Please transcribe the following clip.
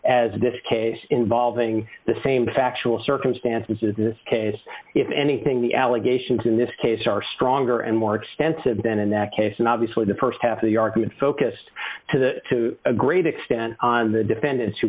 as this case involving the same factual circumstances in this case if anything the allegations in this case are stronger and more extensive than in that case and obviously the st half of the argument focused to a great extent on the defendant